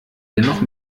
dennoch